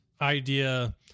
idea